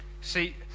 See